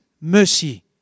mercy